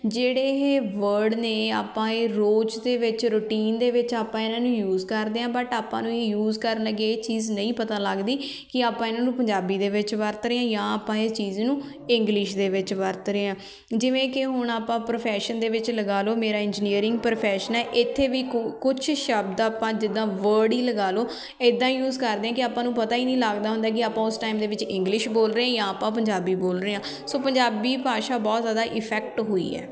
ਜਿਹੜੇ ਇਹ ਵਰਡ ਨੇ ਆਪਾਂ ਇਹ ਰੋਜ਼ ਦੇ ਵਿੱਚ ਰੂਟੀਨ ਦੇ ਵਿੱਚ ਆਪਾਂ ਇਹਨਾਂ ਨੂੰ ਯੂਜ਼ ਕਰਦੇ ਹਾਂ ਬਟ ਆਪਾਂ ਨੂੰ ਯੂਜ਼ ਕਰਨ ਲੱਗੇ ਇਹ ਚੀਜ਼ ਨਹੀਂ ਪਤਾ ਲੱਗਦੀ ਕਿ ਆਪਾਂ ਇਹਨਾਂ ਨੂੰ ਪੰਜਾਬੀ ਦੇ ਵਿੱਚ ਵਰਤ ਰਹੇ ਹਾਂ ਜਾਂ ਆਪਾਂ ਇਹ ਚੀਜ਼ ਨੂੰ ਇੰਗਲਿਸ਼ ਦੇ ਵਿੱਚ ਵਰਤ ਰਹੇ ਹਾਂ ਜਿਵੇਂ ਕਿ ਹੁਣ ਆਪਾਂ ਪ੍ਰੋਫੈਸ਼ਨ ਦੇ ਵਿੱਚ ਲਗਾ ਲਉ ਮੇਰਾ ਇੰਜੀਨੀਅਰਿੰਗ ਪ੍ਰੋਫੈਸ਼ਨ ਹੈ ਇੱਥੇ ਵੀ ਕੁ ਕੁਛ ਸ਼ਬਦ ਆਪਾਂ ਜਿੱਦਾਂ ਵਰਡ ਹੀ ਲਗਾ ਲਉ ਇੱਦਾਂ ਯੂਜ਼ ਕਰਦੇ ਹਾਂ ਕਿ ਆਪਾਂ ਨੂੰ ਪਤਾ ਹੀ ਨਹੀਂ ਲੱਗਦਾ ਹੁੰਦਾ ਕਿ ਆਪਾਂ ਉਸ ਟਾਈਮ ਦੇ ਵਿੱਚ ਇੰਗਲਿਸ਼ ਬੋਲ ਰਹੇ ਜਾਂ ਆਪਾਂ ਪੰਜਾਬੀ ਬੋਲ ਰਹੇ ਹਾਂ ਸੋ ਪੰਜਾਬੀ ਭਾਸ਼ਾ ਬਹੁਤ ਜ਼ਿਆਦਾ ਇਫੈਕਟ ਹੋਈ ਹੈ